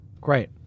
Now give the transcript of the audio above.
Great